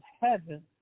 heaven